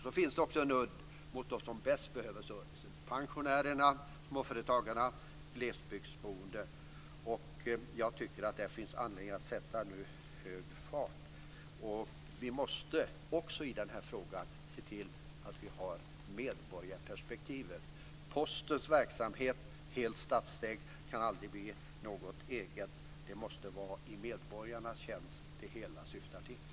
Det finns också en udd mot dem som bäst behöver servicen: pensionärerna, småföretagarna och de glesbygdsboende. Jag tycker att det nu finns anledning att sätta hög fart. Vi måste också i den här frågan se till att vi har ett medborgarperspektiv. Postens verksamhet, helt statsägd, kan aldrig bli något eget. Det hela måste syfta till att vara i medborgarnas tjänst.